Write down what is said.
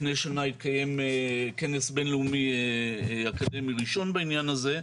לפני שנה התקיים כנס בין-לאומי אקדמי ראשון בעניין הזה,